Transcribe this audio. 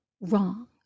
wrong